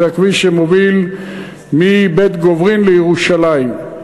זה הכביש שמוביל מבית-גוברין לירושלים.